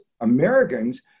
Americans